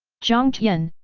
jiang tian,